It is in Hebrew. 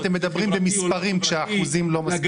פתאום אתם מדברים במספרים כשהאחוזים לא מספיק גבוהים.